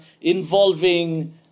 involving